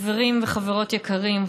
חברים וחברות יקרים,